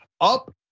up